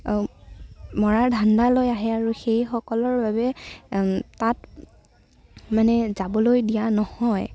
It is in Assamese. মৰাৰ ধাণ্ডা লৈ আহে আৰু সেইসকলৰ বাবে তাত মানে যাবলৈ দিয়া নহয়